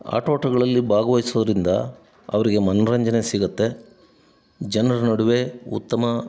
ಆಟೋಟಗಳಲ್ಲಿ ಭಾಗವಯ್ಸೋದ್ರಿಂದ ಅವ್ರಿಗೆ ಮನೊರಂಜನೆ ಸಿಗುತ್ತೆ ಜನ್ರ ನಡುವೆ ಉತ್ತಮ